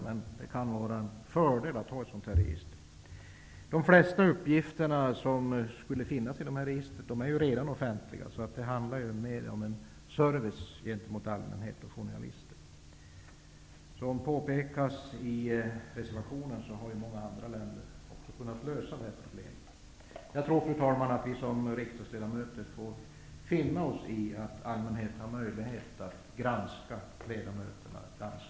Men det kan vara en fördel att ha ett sådant register. De flesta uppgifter som skulle finnas i ett sådant register är redan offentliga. Det handlar alltså mer om en service gentemot allmänhet och journalister. Som påpekas i reservationen har man i många andra länder kunnat lösa detta problem. Jag tror, fru talman, att vi som riksdagsledamöter får finna oss i att allmänheten har möjlighet att granska oss ganska närgående.